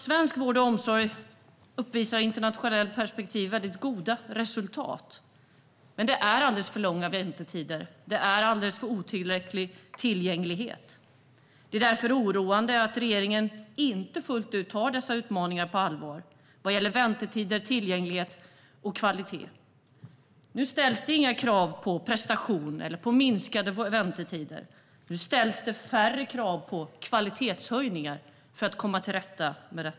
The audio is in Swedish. Svensk vård och omsorg uppvisar i internationellt perspektiv väldigt goda resultat, men det är alldeles för långa väntetider och alldeles för dålig tillgänglighet. Det är därför oroande att regeringen inte fullt ut tar dessa utmaningar på allvar. Det handlar om väntetider, tillgänglighet och kvalitet. Nu ställs det inga krav på prestation eller minskade väntetider. Nu ställs det färre krav på kvalitetshöjningar.